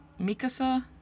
Mikasa